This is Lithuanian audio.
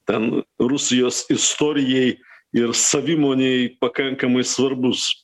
ten rusijos istorijai ir savimonei pakankamai svarbus